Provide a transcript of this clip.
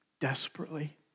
desperately